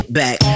back